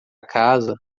casa